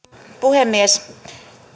puhemies